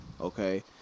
Okay